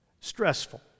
stressful